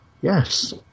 Yes